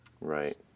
Right